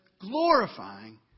glorifying